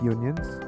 Unions